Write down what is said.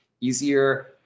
easier